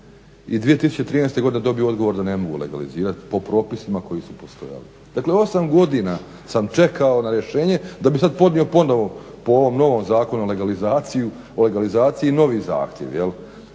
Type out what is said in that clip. i 2013. godine dobio odgovor da ne mogu legalizirat po propisima koji su postojali. Dakle 8 godina sam čekao na rješenje da bi sad podnio ponovo po ovom novom Zakonu o legalizaciji novi zahtjev.